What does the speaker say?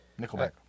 Nickelback